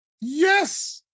Yes